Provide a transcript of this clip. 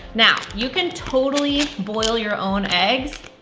now, you can totally boil your own eggs.